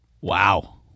Wow